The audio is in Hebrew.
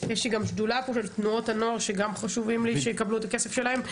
יש לי גם שדולה של תנועות הנוער שגם חשובים לי שיקבלו את הכסף שלהם.